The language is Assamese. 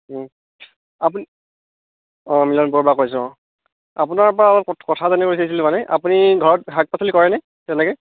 আপুনি অঁ মিলনপুৰৰপৰা কৈছোঁ অঁ আপোনাৰপৰা অলপ কথা জানিব বিচাৰিছোঁ মানে আপুনি ঘৰত শাক পাচলি কৰে নে তেনেকৈ